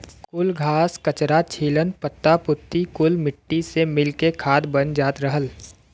कुल घास, कचरा, छीलन, पत्ता पुत्ती कुल मट्टी से मिल के खाद बन जात रहल